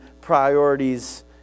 priorities